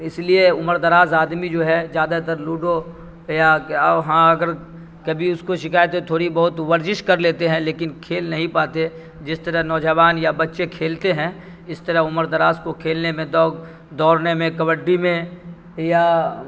اس لیے عمر دراز آدمی جو ہے زیادہ تر لوڈو یا ہاں اگر کبھی اس کو شکایت ہے تھوڑی بہت ورزش کر لیتے ہیں لیکن کھیل نہیں پاتے جس طرح نوجوان یا بچے کھیلتے ہیں اس طرح عمر دراز کو کھیلنے میں دوگ دوڑنے میں کبڈی میں یا